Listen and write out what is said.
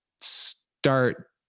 start